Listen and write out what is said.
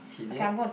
he didn't